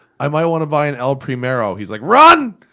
i might want to buy an el primero. he's like run!